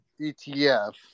ETF